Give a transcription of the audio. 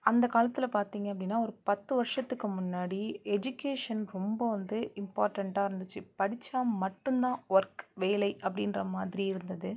அந்த காலத்தில் பார்த்திங்க அப்படின்னா ஒரு பத்து வருஷத்துக்கு முன்னாடி எஜிகேஷன் ரொம்ப வந்து இம்பார்ட்டண்ட்டாக இருந்துச்சு படிச்சால் மட்டும் தான் ஒர்க் வேலை அப்படின்ற மாதிரி இருந்தது